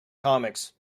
comics